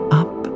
up